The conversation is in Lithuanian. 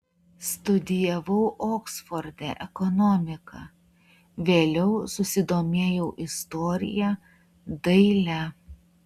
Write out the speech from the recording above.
studijavau oksforde ekonomiką vėliau susidomėjau istorija daile